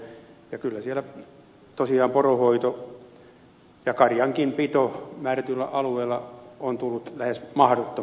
kyllä siellä tosiaan poronhoito ja karjanpitokin määrätyillä alueilla on tullut lähes mahdottomaksi